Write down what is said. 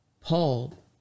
Paul